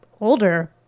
older